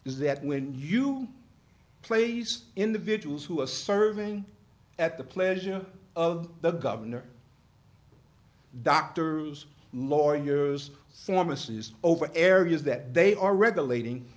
is that when you place individuals who are serving at the pleasure of the governor doctors lawyers for mrs over areas that they are regulating